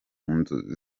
nzozi